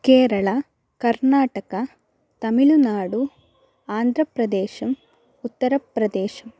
केरळा कर्नाटक तमिळुनाडु आन्द्रप्रदेशः उत्तरप्रदेशः